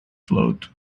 float